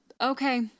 okay